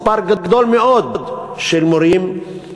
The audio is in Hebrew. מספר גדול מאוד של מורים.